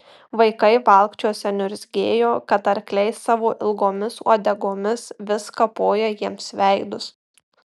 vaikai valkčiuose niurzgėjo kad arkliai savo ilgomis uodegomis vis kapoja jiems veidus